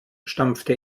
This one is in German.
stampfte